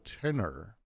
tenor